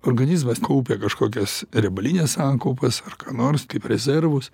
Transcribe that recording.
organizmas kaupė kažkokias riebalines sankaupas ar nors kaip rezervus